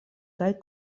kaj